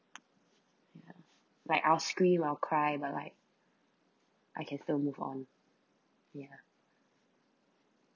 ya like I will scream I will cry but like I can still move on ya